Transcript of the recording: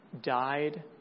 died